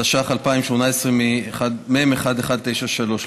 התשע"ח 2018, מ/1193.